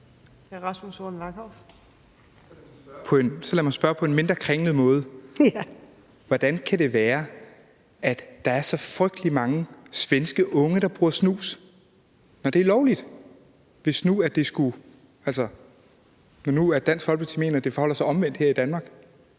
Så lad mig spørge på en mindre kringlet måde: Hvordan kan det være, at der er så frygtelig mange svenske unge, der bruger snus, når det er lovligt, og når nu Dansk Folkeparti mener, at det forholder sig omvendt her i Danmark,